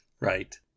right